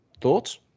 Thoughts